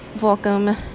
welcome